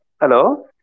Hello